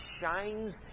shines